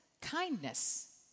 kindness